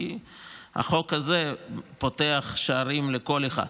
כי החוק הזה פותח שערים לכל אחד,